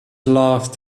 laughed